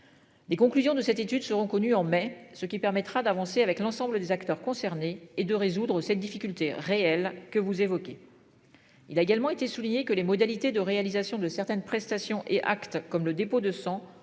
Des conclusions de cette étude seront connus en mai, ce qui permettra d'avancer avec l'ensemble des acteurs concernés et de résoudre cette difficulté réelle que vous évoquez. Il a également été souligné que les modalités de réalisation de certaines prestations et actes comme le dépôt de 100